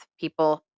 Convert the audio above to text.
people